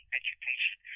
education